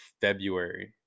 February